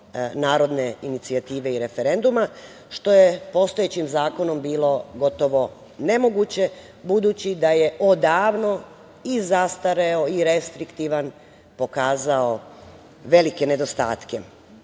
narodne inicijative i referenduma, što je postojećim zakonom bilo gotovo nemoguće, budući da je odavno i zastareo i restriktivan, pokazao velike nedostatke. Neposredna